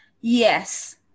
Yes